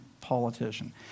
politician